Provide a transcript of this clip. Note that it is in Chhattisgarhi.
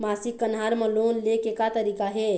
मासिक कन्हार म लोन ले के का तरीका हे?